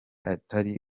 atari